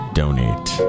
donate